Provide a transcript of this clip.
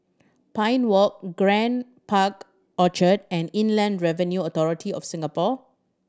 Pine Walk Grand Park Orchard and Inland Revenue Authority of Singapore